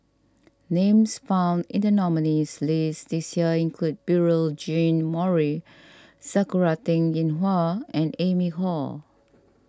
names found in the nominees' list this year include Beurel Jean Marie Sakura Teng Ying Hua and Amy Khor